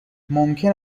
ممکن